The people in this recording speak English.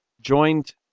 joined